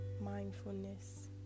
mindfulness